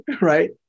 right